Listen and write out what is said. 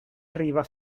arriva